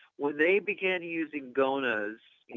when they began using gonas,